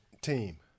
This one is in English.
team